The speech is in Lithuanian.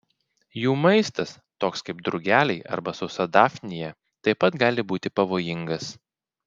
jų maistas toks kaip drugeliai arba sausa dafnija taip pat gali būti pavojingas